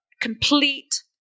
complete